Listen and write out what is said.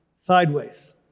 sideways